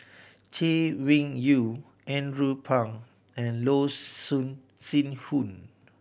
Chay Weng Yew Andrew Phang and Loh Sin Yun